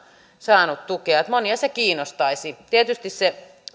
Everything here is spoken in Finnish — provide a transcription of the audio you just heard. saanut tukea monia se kiinnostaisi tietysti se